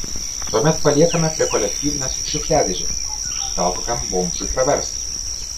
tuomet paliekame prie kolektyvinės šiukšliadėžės gal kokiam bomžui pravers